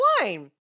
wine